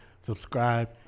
subscribe